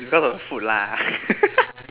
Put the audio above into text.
because of food lah